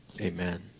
Amen